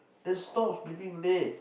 then stop sleeping late